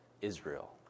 Israel